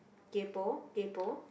kaypo kaypo